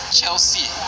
Chelsea